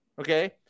Okay